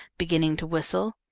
beginning to whistle.